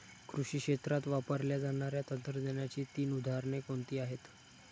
कृषी क्षेत्रात वापरल्या जाणाऱ्या तंत्रज्ञानाची तीन उदाहरणे कोणती आहेत?